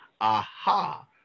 Aha